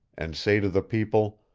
and say to the people,